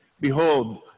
Behold